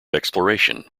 exploration